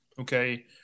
okay